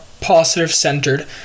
positive-centered